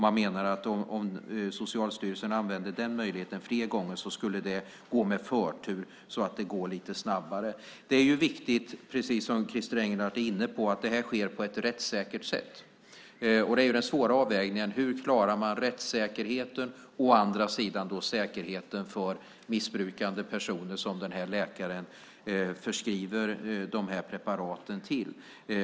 Man menar att om Socialstyrelsen använde den möjligheten fler gånger skulle det gå med förtur så att det går lite snabbare. Det är viktigt, precis som Christer Engelhardt är inne på, att det här sker på ett rättssäkert sätt. Det är den svåra avvägningen. Hur klarar man å ena sidan rättssäkerheten och å andra sidan säkerheten för missbrukande personer som den här läkaren förskriver de här preparaten till?